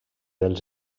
dels